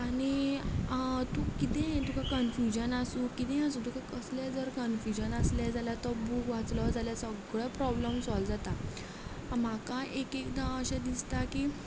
आनी तूं किदेंय कन्फुजन आसूं किदेंय आसूं तुका कसलेंय जर कन्फुजन आसलें जाल्यार तो बूक वाचलो जाल्यार तो सगलो प्रोब्लेम सोल्व जाता म्हाका एकएकदा अशें दिसता की